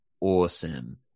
awesome